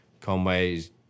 Conway's